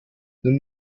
nimm